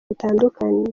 bitandukanye